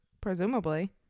Presumably